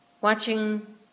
watching